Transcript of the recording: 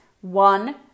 one